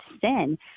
sin